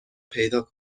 پیدا